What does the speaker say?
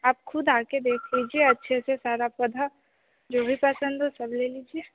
आप खुद आ कर देख लीजिए अच्छे से सारा पौधा जो भी पसंद हो सब ले लीजिए